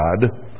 God